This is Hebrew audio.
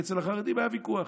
כי אצל החרדים היה ויכוח,